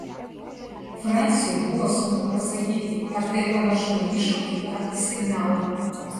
franciui buvo sunku pasakyti ar tai panašu į iššūkį ar į signalą